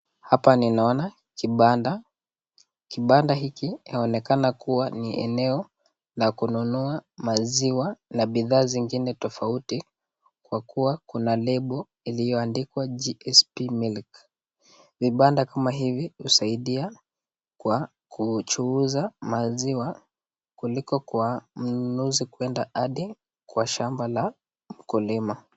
Hapa ninaona kibanda . Kibanda hiki kinaonekana kuwa ni eneo la kununua maziwa na bidhaa zingine tofauti kwa kuwa kuna lebo iliyoandiwa GSP Milk. Vibanda kama hivi husaidia kwa kuchuuza maziwa kuliko kwa mnunuzi kuenda hadi kwa shamba la mkulima.